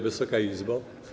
Wysoka Izbo!